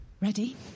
Ready